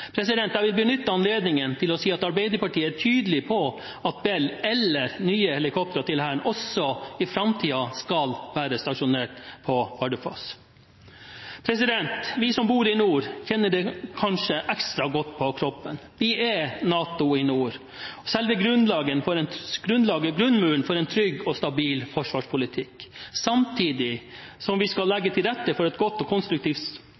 Jeg vil benytte anledningen til å si at Arbeiderpartiet er tydelig på at Bell eller nye helikoptre til Hæren også i framtiden skal være stasjonert på Bardufoss. Vi som bor i nord, kjenner det kanskje ekstra godt på kroppen. Vi er «NATO i nord», selve grunnmuren for en trygg og stabil forsvarspolitikk, samtidig som vi skal legge til rette for et godt og